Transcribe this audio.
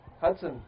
Hudson